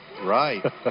Right